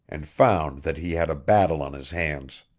and found that he had a battle on his hands.